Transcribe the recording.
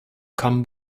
come